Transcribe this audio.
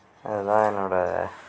அதுதான் என்னோட